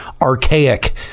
archaic